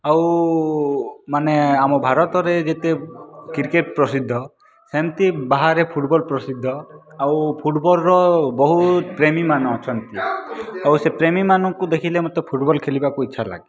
ଆଉ ମାନେ ଆମ ଭାରତରେ ଯେତେ କ୍ରିକେଟ୍ ପ୍ରସିଦ୍ଧ ସେମତି ବାହାରେ ଫୁଟବଲ୍ ପ୍ରସିଦ୍ଧ ଆଉ ଫୁଟବଲର ବହୁତ ପ୍ରେମୀମାନେ ଅଛନ୍ତି ଆଉ ସେ ପ୍ରେମୀମାନଙ୍କୁ ଦେଖିଲେ ମୋତେ ଫୁଟବଲ୍ ଖେଲିବାକୁ ଇଚ୍ଛା ଲାଗେ